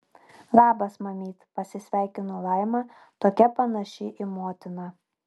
labas mamyt pasisveikino laima tokia panaši į motiną